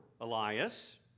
Elias